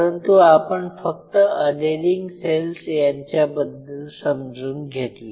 परंतु आपण फक्त अधेरिंग सेल्स यांच्याबद्दल समजून घेतले